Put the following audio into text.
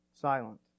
silent